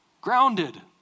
Grounded